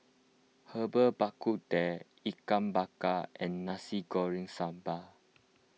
Herbal Bak Ku Teh Ikan Bakar and Nasi Goreng Sambal